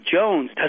Jones